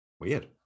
weird